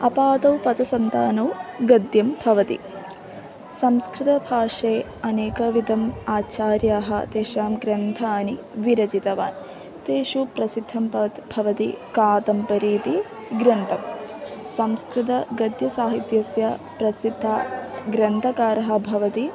अपादौ पदसन्तानौ गद्यं भवति संस्कृतभाषायाम् अनेकविधाः आचार्याः तेषां ग्रन्थाः विरचितवान् तेषु प्रसिद्धं पवत् भवति कादम्बरीति ग्रन्थः संस्कृतगद्यसाहित्यस्य प्रसिद्धः ग्रन्थकारः भवति